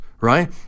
right